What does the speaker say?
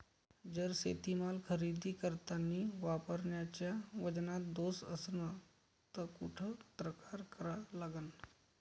जर शेतीमाल खरेदी करतांनी व्यापाऱ्याच्या वजनात दोष असन त कुठ तक्रार करा लागन?